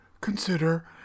consider